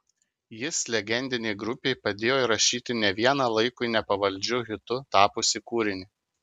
jis legendinei grupei padėjo įrašyti ne vieną laikui nepavaldžiu hitu tapusį kūrinį